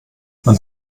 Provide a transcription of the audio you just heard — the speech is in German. man